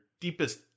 deepest